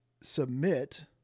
submit